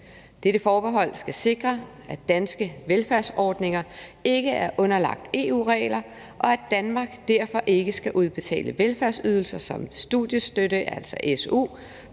Dette forbehold skal sikre, at danske velfærdsordninger ikke er underlagt EU-regler, og at Danmark derfor ikke skal udbetale velfærdsydelser som studiestøtte, altså su,